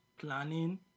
planning